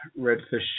Redfish